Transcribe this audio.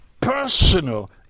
personal